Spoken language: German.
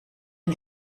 ein